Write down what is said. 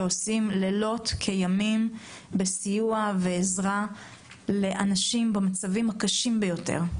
שעושים לילות כימים בסיוע ובעזרה לאנשים במצבים הקשים ביותר,